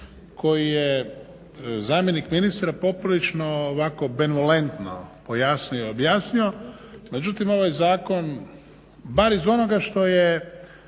koji je zamjenik ministra poprilično ovako benevolentno pojasnio i objasnio. Međutim ovaj zakon bar iz onoga što je